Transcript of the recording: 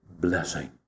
blessing